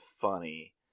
funny